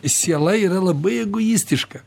siela yra labai egoistiška